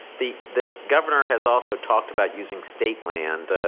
the the governor has also talked about using state land.